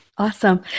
Awesome